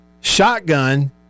shotgun